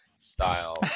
style